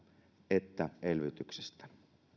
että elvytyksestä